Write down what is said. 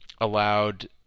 allowed